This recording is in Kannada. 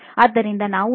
ಆದ್ದರಿಂದ ನಾವು ನೋಡೋಣ